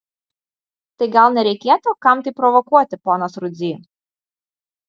tai gal nereikėtų kam tai provokuoti ponas rudzy